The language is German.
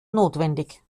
notwendig